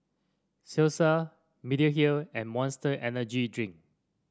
Cesar Mediheal and Monster Energy Drink